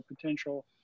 potential